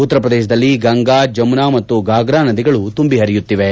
ಉತ್ತರ ಪ್ರದೇಶದಲ್ಲಿ ಗಂಗಾ ಜಮುನಾ ಮತ್ತು ಫಾಗ್ರಾ ನದಿಗಳು ತುಂಬಿ ಹರಿಯುತ್ತಿವೆ